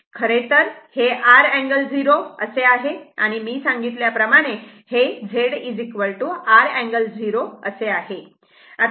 खरे तर हे R अँगल 0 असे आहे मी सांगितल्याप्रमाणे Z R अँगल 0 असे आहे